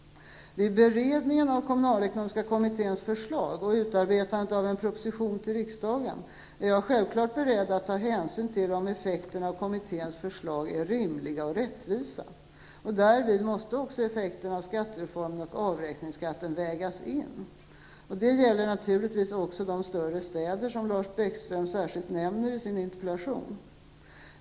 Vid beredningen av kommunalekonomiska kommitténs förslag och utarbetandet av en proposition till riksdagen är jag självklart beredd att ta hänsyn till om effekterna av kommitténs förslag är rimliga och rättvisa. Därvid måste också effekterna av skattereformen och avräkningsskatten vägas in. Detta gäller naturligtvis också de större städer som Lars Bäckström särskilt nämner i sin interpellation.